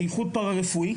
בייחוד פארא-רפואי,